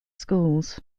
schools